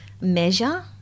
measure